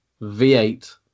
V8